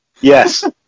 Yes